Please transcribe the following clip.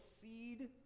seed